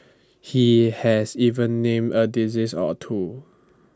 he has even named A disease or two